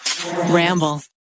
Ramble